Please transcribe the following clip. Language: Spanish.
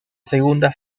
segunda